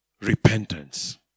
repentance